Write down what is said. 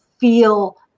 feel